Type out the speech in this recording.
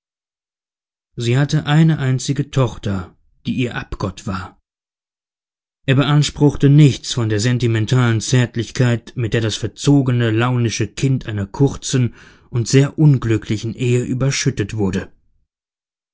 sie hatte eine einzige tochter die ihr abgott war er beanspruchte nichts von der sentimentalen zärtlichkeit mit der das verzogene launische kind einer kurzen und sehr unglücklichen ehe überschüttet wurde